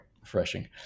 refreshing